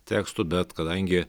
tekstų bet kadangi